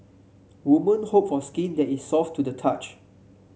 woman hope for skin that is soft to the touch